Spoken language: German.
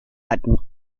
hatten